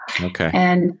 Okay